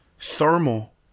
Thermal